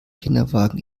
kinderwagen